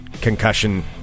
concussion